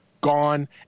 gone